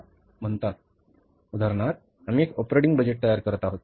आता उदाहरणार्थ आम्ही एक ऑपरेटिंग बजेट तयार करत आहोत